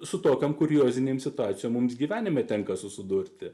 su tokiom kuriozinė situacija mums gyvenime tenka susidurti